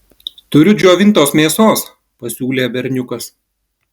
turiu džiovintos mėsos pasiūlė berniukas